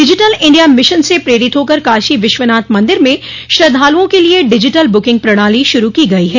digital India mission से प्रेरित होकर काशी विश्वनाथ मंदिर में श्रद्वालुओं के लिए डिजिटल बुकिंग प्रणाली शुरू की गई है